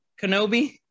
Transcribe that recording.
Kenobi